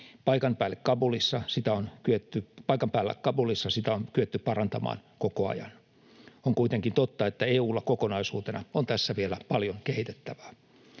Paikan päällä Kabulissa sitä on kyetty parantamaan koko ajan. On kuitenkin totta, että EU:lla kokonaisuutena on tässä vielä paljon kehitettävää.